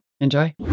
Enjoy